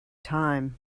time